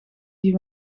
die